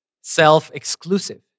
self-exclusive